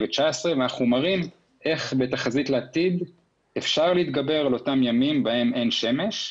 ואנחנו מראים איך בתחזית לעתיד אפשר להתגבר על אותם ימים בהם אין שמש,